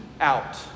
out